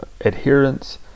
adherence